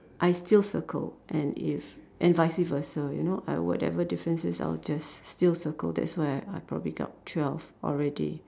I still circle and if and vice versa you know I whatever differences I will just still circle that's why I I probably got twelve already